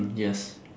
yes